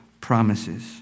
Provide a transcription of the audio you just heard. promises